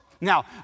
Now